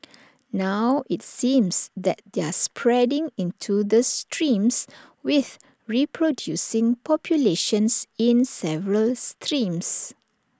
now IT seems that they're spreading into the streams with reproducing populations in several streams